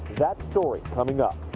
that story coming up.